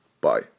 Bye